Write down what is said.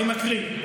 אני מקריא.